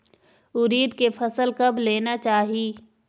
उरीद के फसल कब लेना चाही?